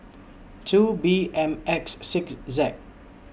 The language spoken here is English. two B M X six Z